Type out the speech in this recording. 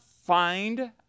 find